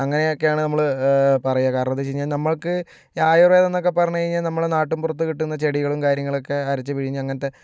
അങ്ങനെയൊക്കെയാണ് നമ്മൾ പറയുക കാരണമെന്തെന്നു വച്ച് കഴിഞ്ഞാൽ നമ്മൾക്ക് ഈ ആയുർവേദം എന്നൊക്കെ പറഞ്ഞു കഴിഞ്ഞാൽ നമ്മളെ നാട്ടിൻപുറത്തു കിട്ടുന്ന ചെടികളും കാര്യങ്ങളൊക്കെ അരച്ച് പിഴിഞ്ഞ് അങ്ങനത്തെ